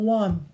one